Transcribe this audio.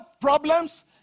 problems